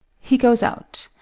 he goes out.